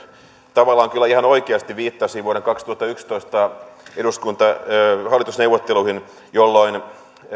tavallaan kyllä ihan oikeasti viittasi vuoden kaksituhattayksitoista hallitusneuvotteluihin jolloin